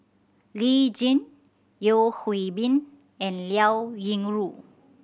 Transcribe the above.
Lee Tjin Yeo Hwee Bin and Liao Yingru